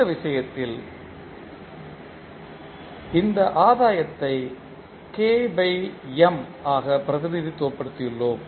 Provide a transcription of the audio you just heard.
இந்த விஷயத்தில் இந்த ஆதாயத்தை K M ஆக பிரதிநிதித்துவப்படுத்தியுள்ளோம்